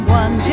one